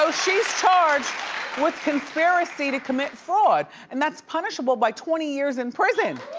so she's charged with conspiracy to commit fraud and that's punishable by twenty years in prison.